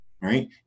right